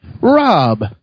Rob